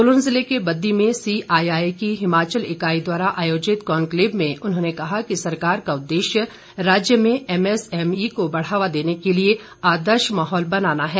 सोलन जिले के बद्दी में सीआईआई की हिमाचल इकाई द्वारा आयोजित कॉनक्लेव में उन्होंने कहा कि सरकार का उद्देश्य राज्य में एम एसएमई को बढ़ावा देने के लिए आदर्श माहौल बनाना है